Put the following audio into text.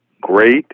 great